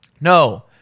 No